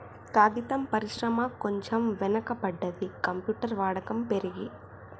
కాగితం పరిశ్రమ కొంచెం వెనక పడ్డది, కంప్యూటర్ వాడకం పెరిగి